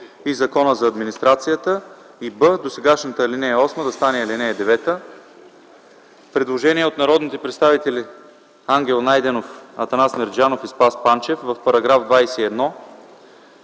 и Закона за администрацията.”. б) досегашната ал. 8 да стане ал. 9. Предложение от народните представители Ангел Найденов, Атанас Мерджанов и Спас Панчев – в § 21: